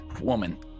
woman